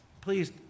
please